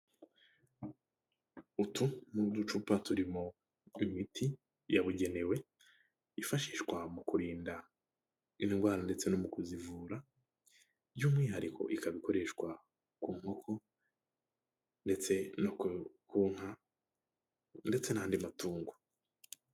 Utu ni uducupa turimo imiti yabugenewe yifashishwa mu kurinda indwara ndetse no mu kuzivura by'umwihariko ikaba ikoreshwa ku nkoko ndetse no ku nka ndetse n'andi matungo.